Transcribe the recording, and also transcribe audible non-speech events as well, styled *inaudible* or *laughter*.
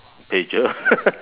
pager *laughs*